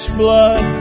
blood